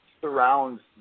surrounds